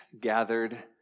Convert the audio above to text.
gathered